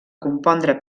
compondre